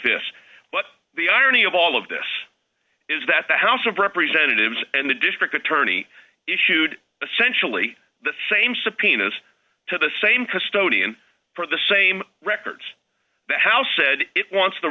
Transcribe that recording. this but the irony of all of this is that the house of representatives and the district attorney issued a sensually the same subpoenas to the same custodian for the same records the house said it wants t